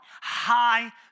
high